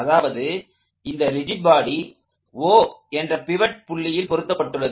அதாவது இந்த rigid body O என்ற பிவட் புள்ளியில் பொருத்தப்பட்டுள்ளது